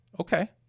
Okay